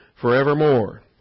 forevermore